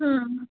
ಹಾಂ